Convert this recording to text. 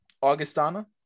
Augustana